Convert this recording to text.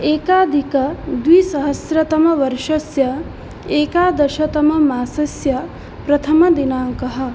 एकाधिकद्विसहस्रतमवर्षस्य एकादशतममासस्य प्रथमदिनाङ्कः